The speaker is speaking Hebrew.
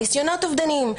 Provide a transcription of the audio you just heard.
על ניסיונות אובדניים,